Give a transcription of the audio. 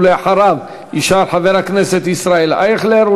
אחריו ישאל חבר הכנסת ישראל אייכלר,